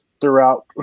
throughout